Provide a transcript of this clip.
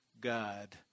God